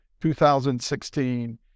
2016